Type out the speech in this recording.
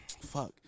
Fuck